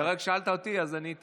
אתה רק שאלת אותי, אז עניתי.